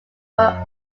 were